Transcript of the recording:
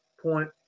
point